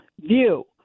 view